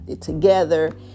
together